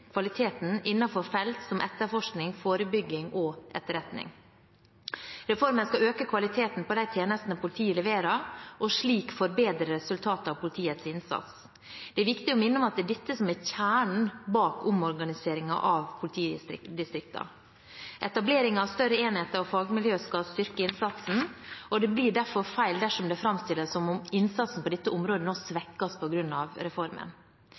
kvaliteten innenfor felt som etterforskning, forebygging og etterretning. Reformen skal øke kvaliteten på de tjenestene politiet leverer og slik forbedre resultatet av politiets innsats. Det er viktig å minne om at det er dette som er kjernen i omorganiseringen av politidistriktene. Etableringen av større enheter og fagmiljø skal styrke innsatsen, og det blir derfor feil dersom det framstilles som om innsatsen på dette området nå svekkes på grunn av reformen.